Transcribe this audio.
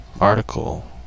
article